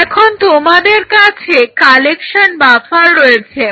এখন তোমাদের কাছে কালেকশন বাফার রয়েছে